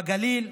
בגליל.